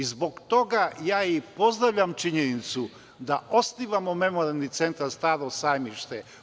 Zbog toga ja i pozdravljam činjenicu da osnivamo Memorijalni centar „Staro Sajmište“